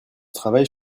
travaille